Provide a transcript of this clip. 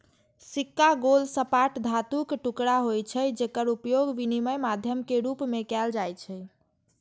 सिक्का गोल, सपाट धातुक टुकड़ा होइ छै, जेकर उपयोग विनिमय माध्यम के रूप मे कैल जाइ छै